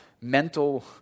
mental